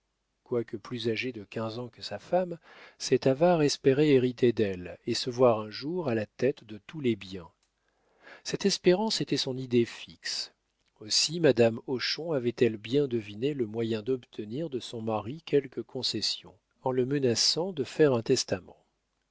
quoique plus âgé de quinze ans que sa femme cet avare espérait hériter d'elle et se voir un jour à la tête de tous les biens cette espérance était son idée fixe aussi madame hochon avait-elle bien deviné le moyen d'obtenir de son mari quelques concessions en le menaçant de faire un testament